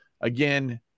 again